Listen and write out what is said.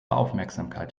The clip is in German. aufmerksamkeit